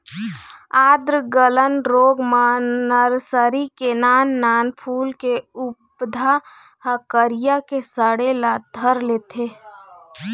आद्र गलन रोग म नरसरी के नान नान फूल के पउधा ह करिया के सड़े ल धर लेथे